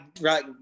right